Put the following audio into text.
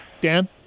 Dan